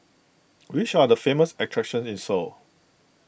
which are the famous attractions in Seoul